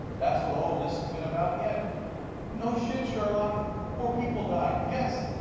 that is what all this has been about? yeah no shit, sherlock. four people died. yes,